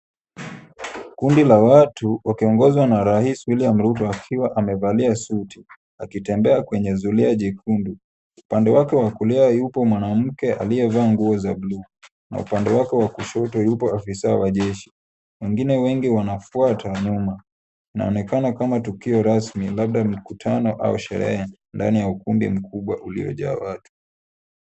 Kundi la watu wakiongozwa na rais William Ruto, akiwa amevalia suti akitembea kwenye zulia jekundu. Upande wake wa kulia yupo mwanamke aliyevalia nguo za bluu. Upande wake wa kushoto yupo afisa wa jeshi. Wengine wengi wanafuata nyuma. Linaonekana kama tukio rasmi labda mkutano au sherehe ndani ya ukumbi mkubwa iliyojaa watu.